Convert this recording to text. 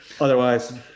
otherwise